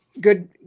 good